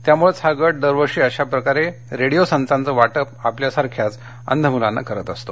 त्यामुळेच हा गट दरवर्षी अशा प्रकारे रेडिओ संचांचं वाटप आपल्यासारख्याच अंध मुलांना करत असतो